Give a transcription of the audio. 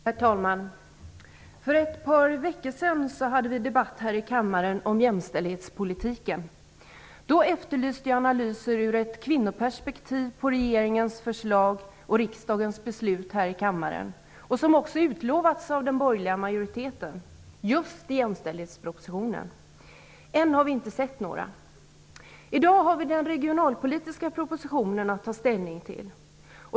Herr talman! För ett par veckor sedan hade vi en debatt här i kammaren om jämställdhetspolitiken. Då efterlyste jag analyser av regeringens förslag och riksdagens beslut ur ett kvinnoperspektiv. Det hade också utlovats av den borgerliga majoriteten, just i jämställdhetspropositionen. Ännu har vi inte sett till några sådana analyser. I dag har vi den regionalpolitiska propositionen att ta ställning till.